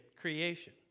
creation